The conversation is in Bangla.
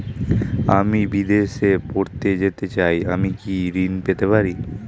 আমি বিদেশে পড়তে যেতে চাই আমি কি ঋণ পেতে পারি?